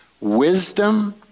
wisdom